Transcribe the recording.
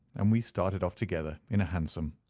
and we started off together in a hansom.